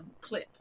clip